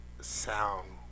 sound